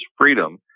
Freedom